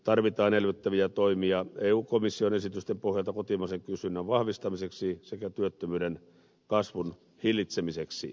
tarvitaan elvyttäviä toimia eun komission esitysten pohjalta kotimaisen kysynnän vahvistamiseksi sekä työttömyyden kasvun hillitsemiseksi